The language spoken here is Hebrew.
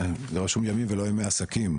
רשום ימים ולא ימי עסקים.